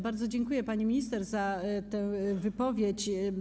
Bardzo dziękuję pani minister za tę wypowiedź.